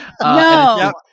No